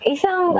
Isang